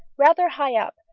rather high up,